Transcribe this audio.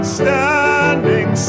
standing